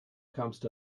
comest